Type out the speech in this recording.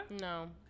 No